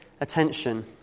attention